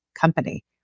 company